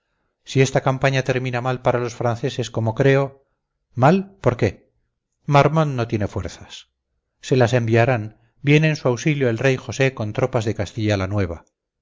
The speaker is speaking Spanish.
si esta campaña termina mal para los franceses como creo mal por qué marmont no tiene fuerzas se las enviarán viene en su auxilio el rey josé con tropas de castilla la nueva